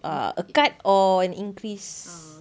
uh a cut or an increase